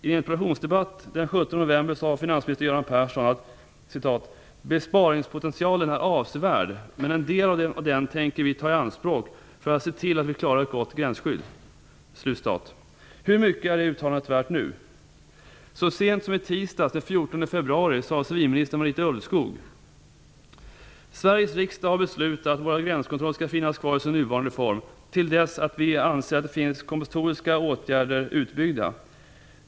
I en interpellationsdebatt den 17 november sade finansminister Göran Persson att besparingspotentialen är avsevärd. Men en del av den tänker regeringen ta i anspråk för att se till att det blir ett gott gränsskydd. Hur mycket är det uttalandet värt nu? Så sent som i tisdags, den 14 februari, sade civilministern Marita Ulvskog att Sveriges riksdag har beslutat att våra gränskontroller skall finnas kvar i sin nuvarande form till dess att vi anser att det finns kompensatoriska åtgärder utbyggda.